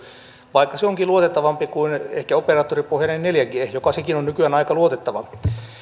vaikka se onkin ehkä luotettavampi kuin operaattoripohjainen neljä g joka sekin on nykyään aika luotettava